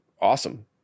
awesome